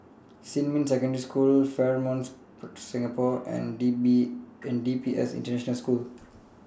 Xinmin Secondary School Fairmont Singapore and D P S International School